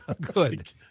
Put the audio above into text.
Good